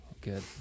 good